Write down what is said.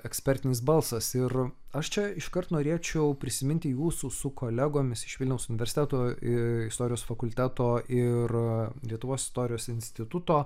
ekspertinis balsas ir aš čia iškart norėčiau prisiminti jūsų su kolegomis iš vilniaus universiteto istorijos fakulteto ir lietuvos istorijos instituto